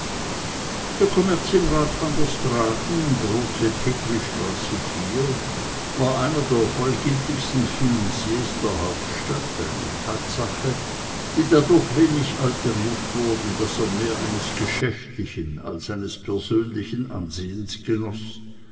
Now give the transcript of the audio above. der kommerzienrat van der straaten große petri war einer der vollgültigsten finanziers der hauptstadt eine tatsache die dadurch wenig alteriert wurde daß er mehr eines geschäftlichen als eines persönlichen ansehens genoß